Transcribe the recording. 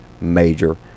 major